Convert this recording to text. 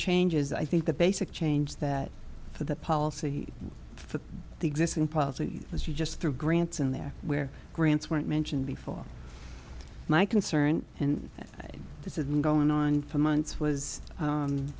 changes i think the basic change that for the policy for the existing policy as you just through grants in there where grants weren't mentioned before my concern and this is going on for months was